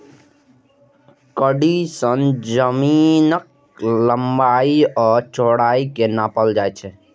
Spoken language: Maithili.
कड़ी सं जमीनक लंबाइ आ चौड़ाइ कें नापल जाइ छै